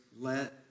let